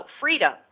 freedom